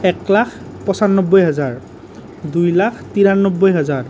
এক লাখ পঁচানব্বৈ হাজাৰ দুই লাখ তিৰানব্বৈ হাজাৰ